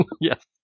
Yes